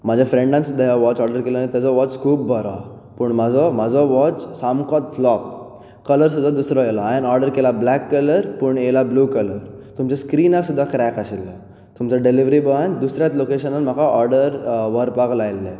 म्हाज्या फ्रेंडान सुद्दां हो वॉच ऑर्डर केल्लो आनी ताचो वॉच खूब बरो आहा पूण म्हाजो म्हाजो वॉच सामकोच फ्लोप कलर सुद्दां दुसरो येयलो हांवेन ऑर्डर केला ब्लेक कलर पूण येयला ब्लू कलर तुमच्या स्क्रिनाक सुद्दां क्रेक आशिल्लो तुमच्या डिलिवरी बॉयान दुसऱ्यांच लोकेशनान म्हाका ऑर्डर व्हरपाक लायलें